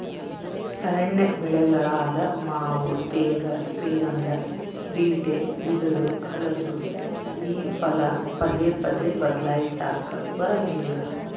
ಅರಣ್ಯ ಬೆಳೆಗಳಾದ ಮಾವು ತೇಗ, ಶ್ರೀಗಂಧ, ಬೀಟೆ, ಬಿದಿರು, ಹಲಸು ಈ ಫಲ ಪದೇ ಪದೇ ಬದ್ಲಾಯಿಸಾಕಾ ಬರಂಗಿಲ್ಲ